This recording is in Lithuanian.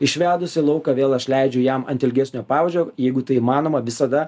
išvedus į lauką vėl aš leidžiu jam ant ilgesnio pavadžio jeigu tai įmanoma visada